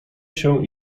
się